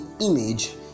image